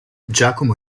giacomo